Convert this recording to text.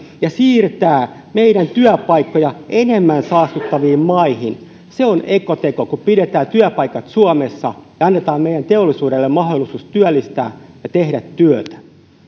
ja siirtää meidän työpaikkojamme enemmän saastuttaviin maihin se on ekoteko kun pidetään työpaikat suomessa ja annetaan meidän teollisuudellemme mahdollisuus työllistää ja tehdä työtä